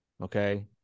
Okay